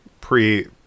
pre